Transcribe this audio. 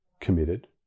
committed